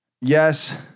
yes